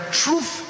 truth